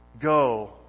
Go